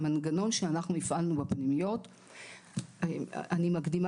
המנגנון שאנחנו הפעלנו בפנימיות - אני מקדימה